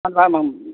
அந்த ஆமாம்